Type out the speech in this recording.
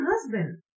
husband